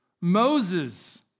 Moses